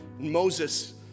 Moses